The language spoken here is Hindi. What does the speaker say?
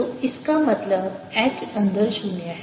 तो इसका मतलब H अंदर 0 है